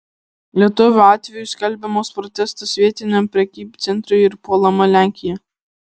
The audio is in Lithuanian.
lietuvio atveju skelbiamas protestas vietiniam prekybcentriui ir puolama lenkija